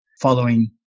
following